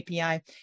API